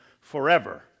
forever